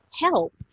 help